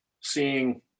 seeing